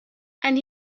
and